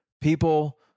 People